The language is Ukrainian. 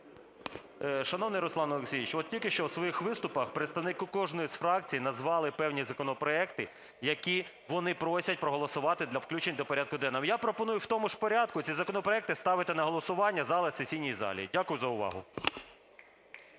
Шановний Руслане Олексійовичу, от тільки що в своїх виступах представники кожної з фракцій назвали певні законопроекти, які вони просять проголосувати для включень до порядку денного. Я пропоную в тому ж порядку ці законопроекти ставити на голосування зараз у сесійній залі. Дякую за увагу.